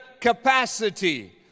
capacity